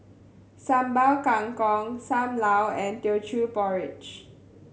Sambal Kangkong Sam Lau and Teochew Porridge